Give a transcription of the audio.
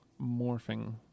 morphing